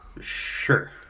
Sure